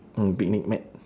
mm picnic mat